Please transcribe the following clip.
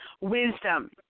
Wisdom